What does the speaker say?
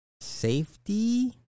safety